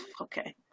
okay